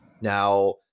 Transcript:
Now